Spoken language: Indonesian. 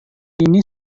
ini